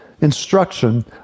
instruction